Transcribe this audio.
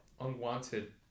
unwanted